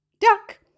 duck